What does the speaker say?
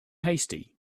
hasty